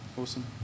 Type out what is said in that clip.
Awesome